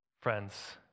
friends